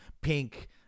pink